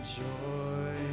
joy